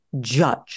judge